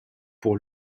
pour